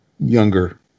Younger